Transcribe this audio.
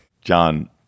John